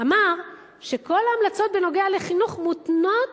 אמר שכל ההמלצות בנוגע לחינוך מותנות